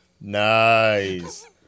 Nice